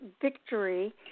victory